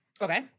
Okay